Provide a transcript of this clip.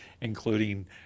including